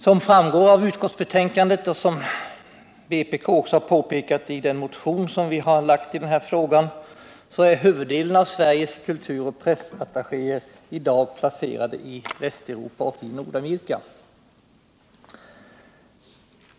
Som framgår av utskottsbetänkandet och som vpk också har påpekat i den motion som vi har väckt i den här frågan är huvuddelen av Sveriges kulturoch pressattachéer i dag placerade i Västeuropa och Nordamerika.